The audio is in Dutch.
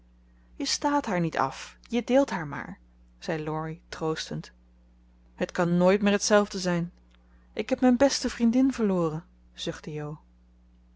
je stààt haar niet af je deelt haar maar zei laurie troostend het kan nooit meer hetzelfde zijn ik heb mijn beste vriendin verloren zuchtte jo